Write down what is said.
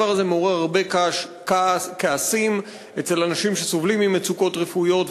הדבר הזה מעורר הרבה כעסים אצל אנשים שסובלים ממצוקות רפואיות,